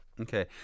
Okay